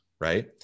right